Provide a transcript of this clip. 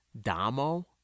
Damo